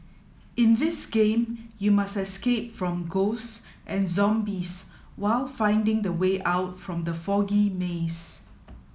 in this game you must escape from ghosts and zombies while finding the way out from the foggy maze